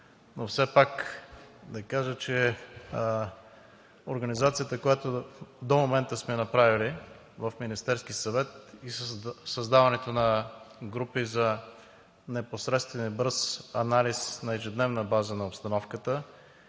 но все пак да кажа, че организацията, която до момента сме направили в Министерския съвет, е създаването на групи за непосредствен и бърз анализ на ежедневна база на обстановката.